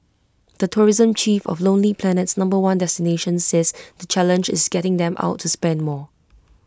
the tourism chief of lonely Planet's number one destination says the challenge is getting them out to spend more